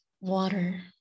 water